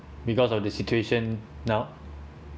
because of the situation now